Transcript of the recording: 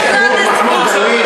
שירה, יש השיר של מחמוד דרוויש.